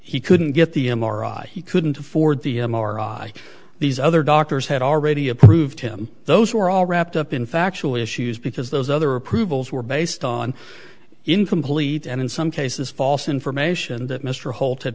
he couldn't get the m r i he couldn't afford the m r i these other doctors had already approved him those were all wrapped up in factual issues because those other approval we're based on incomplete and in some cases false information that mr holt